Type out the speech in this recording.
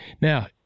Now